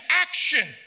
action